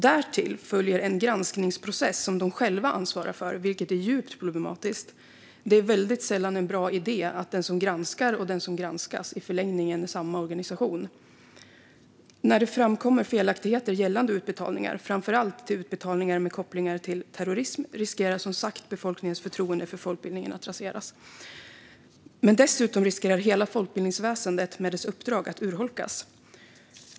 Därtill följer en granskningsprocess som de själva ansvarar för, vilket är djupt problematiskt. Det är väldigt sällan en bra idé att den som granskar och den som granskas i förlängningen är samma organisation. När det framkommer felaktigheter gällande utbetalningar, framför allt till organisationer med kopplingar till terrorism, riskerar som sagt befolkningens förtroende för folkbildningen att raseras. Men dessutom riskerar hela folkbildningsväsendet och dess uppdrag att urholkas.